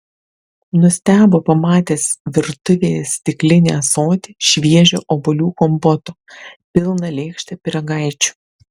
nustebo pamatęs virtuvėje stiklinį ąsotį šviežio obuolių kompoto pilną lėkštę pyragaičių